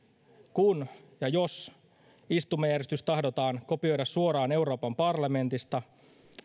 kun ja jos istumajärjestys tahdotaan kopioida suoraan euroopan parlamentista